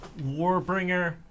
Warbringer